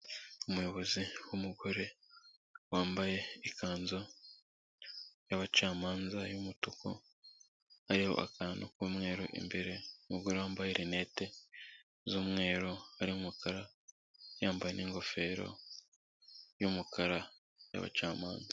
Umuyobozi w'umugore wambaye ikanzu y'abacamanza y'umutuku hariho akantu k'umweru imbere umugore wambaye linete z'umweru hariho umukara yambaye ingofero y'umukara y'abacamanza.